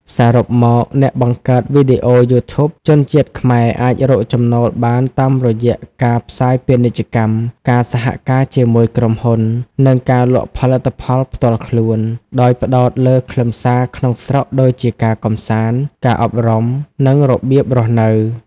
សរុបមក អ្នកបង្កើតវីដេអូ YouTube ជនជាតិខ្មែរអាចរកចំណូលបានតាមរយៈការផ្សាយពាណិជ្ជកម្ម ការសហការជាមួយក្រុមហ៊ុន និងការលក់ផលិតផលផ្ទាល់ខ្លួន ដោយផ្តោតលើខ្លឹមសារក្នុងស្រុកដូចជាការកម្សាន្ត ការអប់រំ និងរបៀបរស់នៅ។